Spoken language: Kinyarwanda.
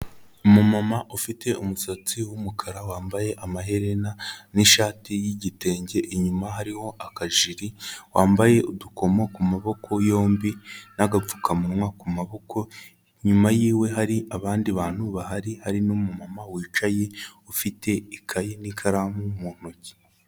Umumama ufite umusatsi w'umukara wambaye amaherena n'ishati y'igitenge inyuma hariho akajiri, wambaye udukomo ku maboko yombi, n'agapfukamunwa ku maboko, inyuma yiwe hari abandi bantu bahari hari n'umumama wicaye ufite ikayi n'ikaramu mu ntoki.